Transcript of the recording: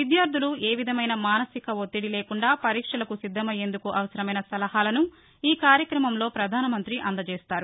విద్యార్దులు ఏ విధమైన మానసిక ఒత్తిడి లేకుండా పరీక్షలకు సిద్దమయ్యేందుకు అవసరమైన సలహాలను ఈ కార్యక్రమంలో పధానమంతి అందచేస్తారు